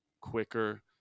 quicker